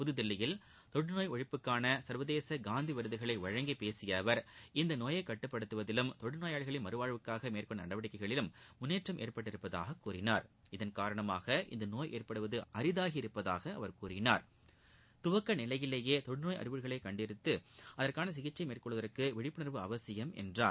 புத்தில்லியில் தொழுநோய் ஒழிப்புக்கான சர்வதேச காந்தி விருதுகளை வழங்கி பேசிய அவர் இந்நோயை கட்டுப்படுத்துவதிலும் தொழுநோயாளிகளின் மறுவாழ்வுக்காக மேற்கொண்ட நடவடிக்கைகளிலும் முன்னேற்றம் ஏற்பட்டுள்ளதாக கூறினார் இதன் காரணமாக இந்நோய் ஏற்படுவது அரிதாகியுள்ளதாக கூறினார் துவக்க நிலையிலேயே தொழுநோய் அறிகுறிகளை கண்டுபிடித்து அகற்கான சிகிச்சை மேற்கொள்வதற்கு விழிப்புணர்வு அவசியம் என்றார்